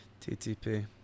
ttp